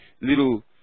Little